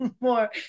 more